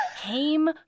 came